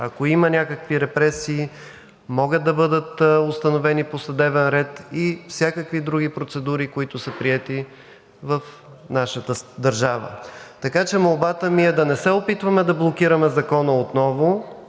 Ако има някакви репресии, могат да бъдат установени по съдебен ред и всякакви други процедури, които са приети в нашата държава. Така че, молбата ми е да не се опитваме да блокираме Закона отново,